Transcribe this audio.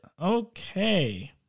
Okay